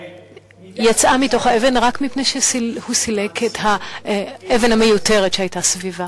שיצא מתוך האבן רק מפני שהוא סילק את האבן המיותרת שהייתה סביבו.